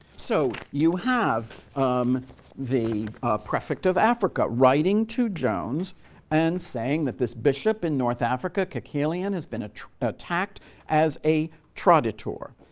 so you have um the prefect of africa writing to jones and saying that this bishop in north africa, caecilian, has been attacked as a traditor.